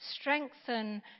strengthen